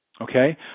Okay